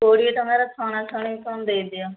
କୋଡ଼ିଏ ଟଙ୍କାର ଛଣା ଛଣି କ'ଣ ଦେଇଦିଅ